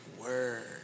Word